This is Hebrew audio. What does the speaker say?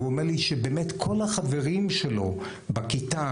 הוא אומר לי שבאמת כל החברים שלו בכיתה,